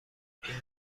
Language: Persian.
این